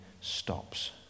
stops